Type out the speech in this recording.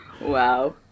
wow